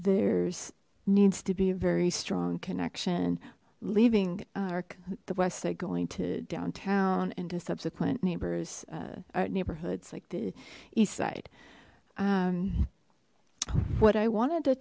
there's needs to be a very strong connection leaving our the west side going to downtown into subsequent neighbors uh neighborhoods like the east side um what i wanted to